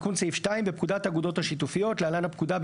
התשפ"ג-2023 תיקון סעיף 2 1. בפקודת האגודות השיתופיות (להלן הפקודה),